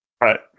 right